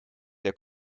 der